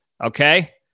okay